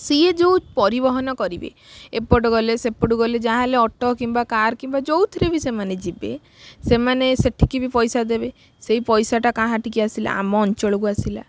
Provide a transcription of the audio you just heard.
ସିଏ ଯେଉଁ ପରିବହନ କରିବେ ଏପଟ ଗଲେ ସେପଟୁ ଗଲେ ଯାହାହେଲେ ଅଟୋ କିମ୍ବା କାର କିମ୍ବା ଯେଉଁଥିରେ ବି ସେମାନେ ଯିବେ ସେମାନେ ସେଠିକି ବି ପଇସା ଦେବେ ସେଇ ପଇସାଟା କାହା ହାଠିକି ଆସିଲା ଆମ ଅଞ୍ଚଳକୁ ଆସିଲା